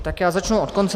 Tak já začnu od konce.